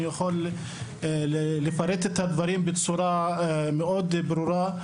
אני יכול לפרט את הדברים בצורה ברורה מאוד,